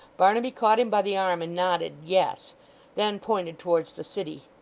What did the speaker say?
barnaby caught him by the arm, and nodded yes then pointed towards the city.